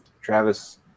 Travis